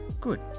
good